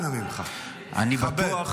אנא ממך, תכבד.